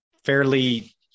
Fairly